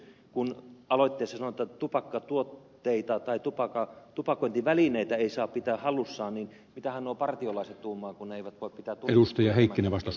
kun aloitteessa sanotaan että tupakkatuotteita tai tupakointivälineitä ei saa pitää hallussa niin mitähän nuo partiolaiset tuumaavat kun eivät voi pitää tulitikkuja enää mukanaan